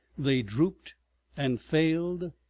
they drooped and failed,